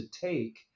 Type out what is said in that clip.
take